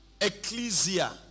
Ecclesia